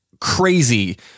crazy